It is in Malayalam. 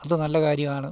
അതു നല്ല കാര്യമാണ്